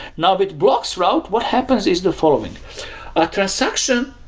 now, with bloxroute, what happens is the following a transaction,